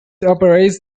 operates